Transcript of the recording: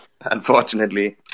Unfortunately